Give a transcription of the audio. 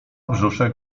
brzuszek